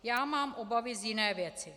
Já mám obavy z jiné věci.